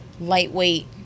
Lightweight